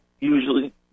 usually